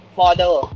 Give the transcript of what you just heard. model